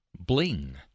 Bling